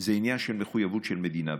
זה עניין של מחויבות של מדינה.